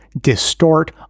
distort